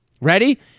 ready